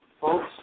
Folks